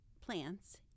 plants